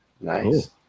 nice